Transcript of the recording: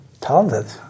Talented